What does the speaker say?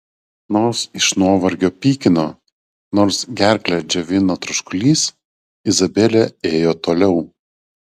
nors iš nuovargio pykino nors gerklę džiovino troškulys izabelė ėjo toliau